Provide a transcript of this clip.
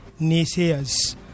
naysayers